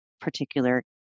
particular